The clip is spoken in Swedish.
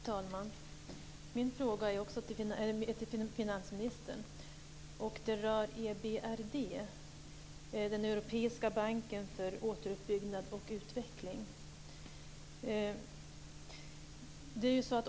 Fru talman! Min fråga riktar sig till finansministern och rör EBRD, den europeiska banken för återuppbyggnad och utveckling.